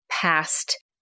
past